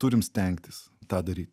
turim stengtis tą daryt